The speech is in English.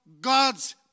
God's